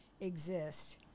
exist